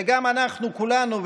וגם אנחנו כולנו,